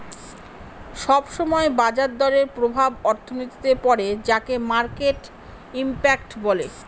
সব সময় বাজার দরের প্রভাব অর্থনীতিতে পড়ে যাকে মার্কেট ইমপ্যাক্ট বলে